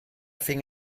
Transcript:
fing